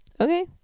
Okay